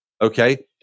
okay